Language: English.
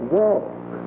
walk